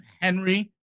Henry